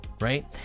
right